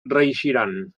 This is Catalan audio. reeixiran